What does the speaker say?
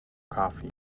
coffee